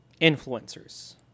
influencers